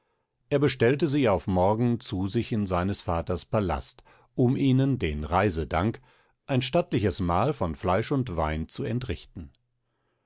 er bestellte sie auf morgen zu sich in seines vaters palast um ihnen den reisedank ein stattliches mahl von fleisch und wein zu entrichten